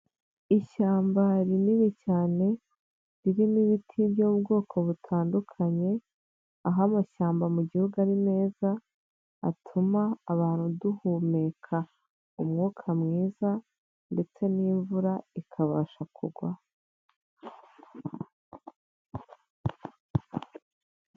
Ishyamba rinini cyane ririmo ibiti by'ubwoko butandukanye, aho amashyamba mu gihugu ari meza atuma abantu duhumeka umwuka mwiza ndetse n'imvura ikabasha kugwa.